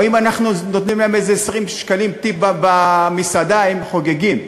או אם אנחנו נותנים להם כמלצרים איזה 20 שקלים טיפ במסעדה הם חוגגים.